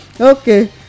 okay